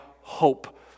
hope